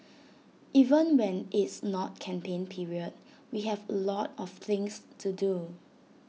even when it's not campaign period we have lot of things to do